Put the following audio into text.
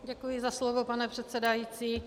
Děkuji za slovo, pane předsedající.